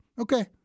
okay